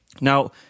Now